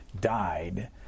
died